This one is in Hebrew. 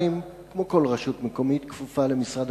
לשאול: 1. מדוע לא נוצלו תקציבי התכנון והפיתוח במגזר הערבי?